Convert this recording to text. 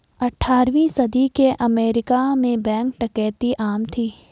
अठारहवीं सदी के अमेरिका में बैंक डकैती आम थी